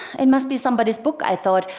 it must be somebody's book, i thought,